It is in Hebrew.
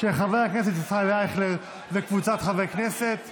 של חבר הכנסת ישראל אייכלר וקבוצת חברי הכנסת